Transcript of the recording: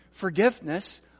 forgiveness